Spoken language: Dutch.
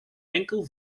enkel